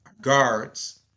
guards